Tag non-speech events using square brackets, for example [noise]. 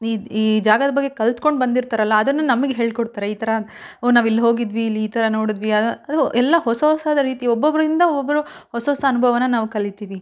ಇದು ಈ ಜಾಗದ ಬಗ್ಗೆ ಕಲ್ತ್ಕೊಂಡು ಬಂದಿರ್ತಾರಲ್ಲ ಅದನ್ನು ನಮ್ಗೆ ಹೇಳ್ಕೊಡ್ತಾರೆ ಈ ಥರ ಓ ನಾವು ಇಲ್ಲಿ ಹೋಗಿದ್ವಿ ಇಲ್ಲಿ ಈ ಥರ ನೋಡಿದ್ವಿ [unintelligible] ಅದು ಎಲ್ಲ ಹೊಸ ಹೊಸದ ರೀತಿ ಒಬ್ಬೊಬ್ಬರಿಂದ ಒಬ್ಬರು ಹೊಸ ಹೊಸ ಅನುಭವನ ನಾವು ಕಲಿತೀವಿ